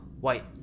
White